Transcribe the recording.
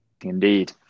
Indeed